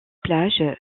plages